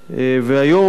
היום,